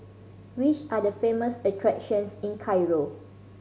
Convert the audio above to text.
which are the famous attractions in Cairo